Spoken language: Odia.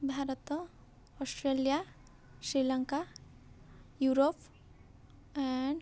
Bharat Australia Sri Lanka Europe and